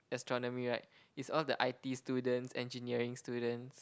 astronomy right it's all the I_T students engineering students